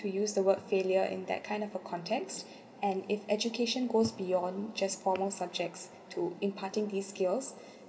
to use the word failure in that kind of a context and if education goes beyond just former subjects to imparting these skills